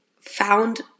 found